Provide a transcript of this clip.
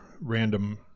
random